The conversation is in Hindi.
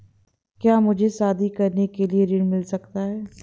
क्या मुझे शादी करने के लिए ऋण मिल सकता है?